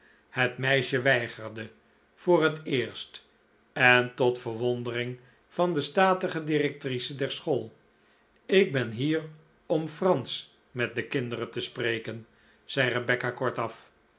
het meisje weigerde voor het eerst en tot verwondering van de statige directrice der school ik ben hier om fransch met de kinderen te spreken zei rebecca kortaf